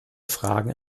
fragen